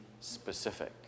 specific